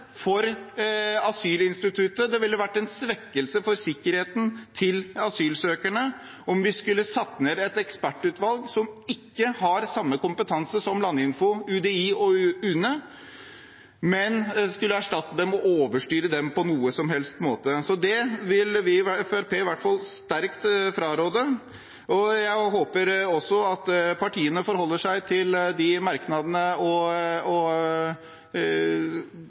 for asylinstituttet og en svekkelse for sikkerheten til asylsøkerne om vi skulle satt ned et ekspertutvalg som ikke har samme kompetanse som Landinfo, UDI og UNE, men som skulle erstatte dem og overstyre dem på noen som helst måte. Det vil i hvert fall vi i Fremskrittspartiet sterkt fraråde. Jeg håper også partiene forholder seg til merknadene og